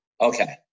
okay